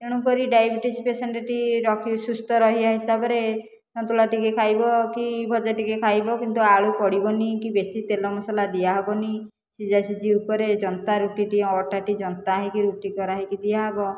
ତେଣୁକରି diabetes patient ଟି ରଖି ସୁସ୍ଥ ରହିବା ହିସାବରେ ସନ୍ତୁଳା ଟିକିଏ ଖାଇବ କି ଭଜା ଟିକିଏ ଖାଇବ କିନ୍ତୁ ଆଳୁ ପଡ଼ିବନି କି ବେଶୀ ତେଲ ମସଲା ଦିଆ ହେବନି ସିଝା ସିଝି ଉପରେ ଜନ୍ତା ରୁଟି ଟି ଅଟା ଟି ଜନ୍ତା ହୋଇକି ରୁଟି କରାହୋଇକି ଦିଆ ହେବ